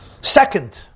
Second